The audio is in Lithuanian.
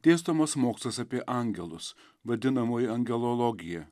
dėstomas mokslas apie angelus vadinamoji angelologija